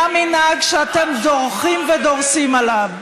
עד שהופר, זה המנהג שאתם דורכים ודורסים עליו.